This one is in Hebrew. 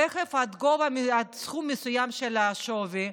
רכב עד סכום מסוים של השווי,